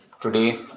today